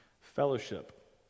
Fellowship